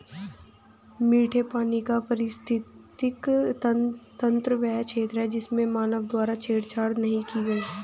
मीठे पानी का पारिस्थितिकी तंत्र वह क्षेत्र है जिसमें मानव द्वारा छेड़छाड़ नहीं की गई है